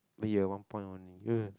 but you have one point only